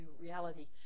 reality